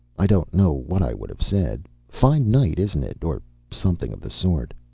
i don't know what i would have said. fine night, isn't it or something of the sort.